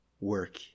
work